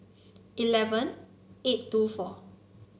eleven eight two four